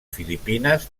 filipines